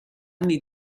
anni